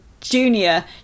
Junior